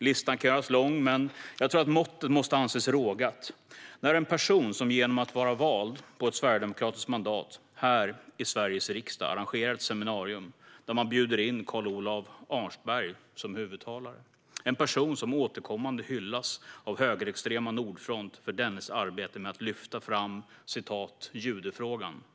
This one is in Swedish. Listan kan göras lång, men jag tror att måttet måste anses vara rågat när en person som genom att vara vald på ett sverigedemokratiskt mandat här i Sveriges riksdag arrangerar ett seminarium där man bjuder in Karl-Olov Arnstberg som huvudtalare - en person som återkommande hyllas av högerextrema Nordfront för sitt arbete med att lyfta fram "judefrågan".